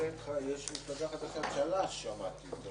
יש מפלגה חדשה, שמעתי.